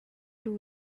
too